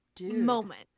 moment